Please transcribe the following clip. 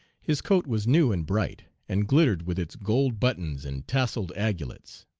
his coat was new and bright, and glittered with its gold buttons and tasselled aigulets.